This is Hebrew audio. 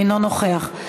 אינו נוכח,